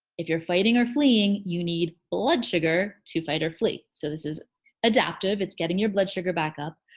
if you're fighting or fleeing you need blood sugar to fight or flee. so this is adaptive, it's getting your blood sugar back up.